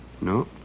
No